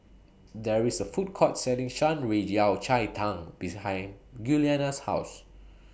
There IS A Food Court Selling Shan Rui Yao Cai Tang behind Giuliana's House